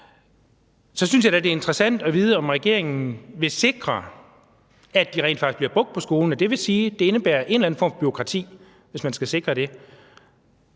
Så synes jeg da, det er interessant at vide, om regeringen vil sikre, at de rent faktisk bliver brugt på skolen. Det vil sige, at det indebærer en eller anden form for bureaukrati, hvis man skal sikre det.